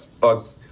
Bugs